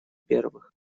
первых